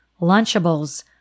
Lunchables